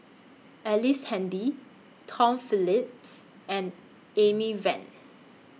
Ellice Handy Tom Phillips and Amy Van